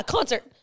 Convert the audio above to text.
Concert